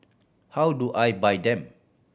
how do I buy them